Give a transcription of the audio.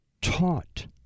taught